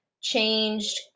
changed